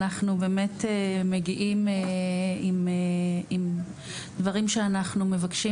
אנחנו באמת מגיעים עם דברים שאנחנו מבקשים